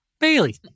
Bailey